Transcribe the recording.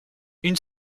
une